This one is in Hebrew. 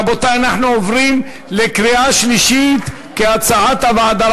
רבותי, אנחנו עוברים לקריאה שלישית כהצעת הוועדה.